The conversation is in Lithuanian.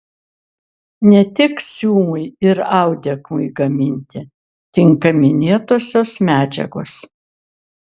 ne tik siūlui ir audeklui gaminti tinka minėtosios medžiagos